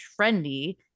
trendy